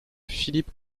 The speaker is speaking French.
philippe